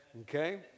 Okay